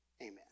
Amen